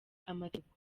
amategeko